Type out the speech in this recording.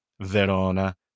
Verona